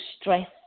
stress